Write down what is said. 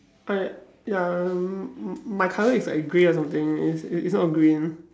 but ya m~ m~ my colour is like grey or something it's it's not green